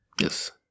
Yes